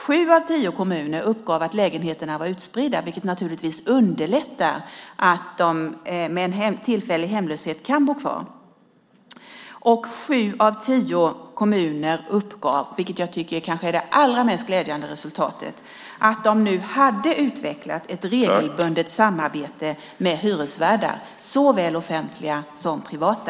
Sju av tio kommuner uppgav att lägenheterna var utspridda, vilket naturligtvis underlättar att de tillfälligt hemlösa kan bo kvar. Sju av tio kommuner uppgav också, vilket jag tycker kanske är det allra mest glädjande resultatet, att man nu hade utvecklat ett regelbundet samarbete med hyresvärdar, såväl offentliga som privata.